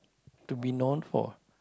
to be known for